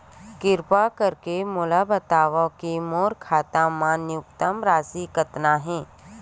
किरपा करके मोला बतावव कि मोर खाता मा न्यूनतम राशि कतना हे